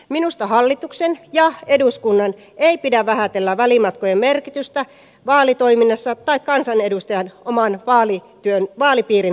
minusta hallituksen ja eduskunnan ei pidä vähätellä välimatkojen merkitystä vaalitoiminnassa tai kansanedustajan oman vaalipiirin hoidossa